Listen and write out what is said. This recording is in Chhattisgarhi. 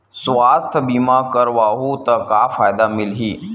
सुवास्थ बीमा करवाहू त का फ़ायदा मिलही?